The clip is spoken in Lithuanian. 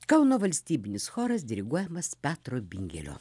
kauno valstybinis choras diriguojamas petro bingelio